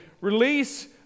release